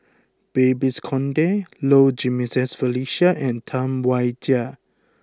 Babes Conde Low Jimenez Felicia and Tam Wai Jia